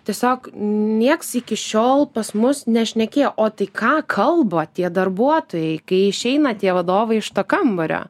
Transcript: tiesiog nieks iki šiol pas mus nešnekėjo o tai ką kalba tie darbuotojai kai išeina tie vadovai iš to kambario